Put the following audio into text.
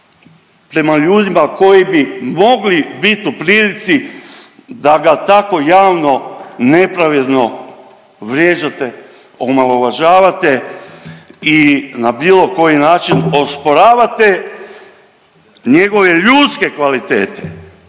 prema ljudima koji bi mogli bit u prilici da ga tako javno nepravedno vrijeđate, omalovažavate i na bilo koji način osporavate njegove ljudske kvalitete,